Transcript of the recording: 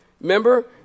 Remember